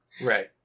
Right